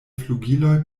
flugiloj